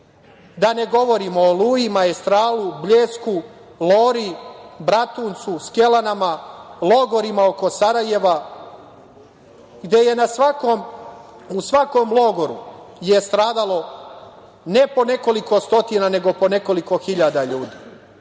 Da ne govorim o Oluji, Maestralu, Bljesku, Lori, Bratuncu, Skelanima, logorima oko Sarajeva, gde je u svakom logoru stradalo ne po nekoliko stotina, nego po nekoliko hiljada ljudi.A